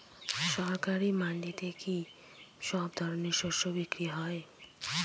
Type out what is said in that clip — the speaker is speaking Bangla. সরকারি মান্ডিতে কি সব ধরনের শস্য বিক্রি হয়?